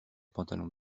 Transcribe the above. pantalon